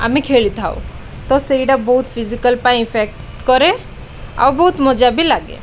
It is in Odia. ଆମେ ଖେଳିଥାଉ ତ ସେଇଟା ବହୁତ ଫିଜିକାଲ୍ ପାଇଁ ଇଫେକ୍ଟ କରେ ଆଉ ବହୁତ ମଜା ବି ଲାଗେ